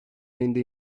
ayında